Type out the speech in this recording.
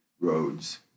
roads